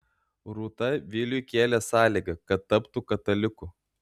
rūta viliui kėlė sąlygą kad taptų kataliku